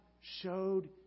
showed